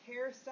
hairstyle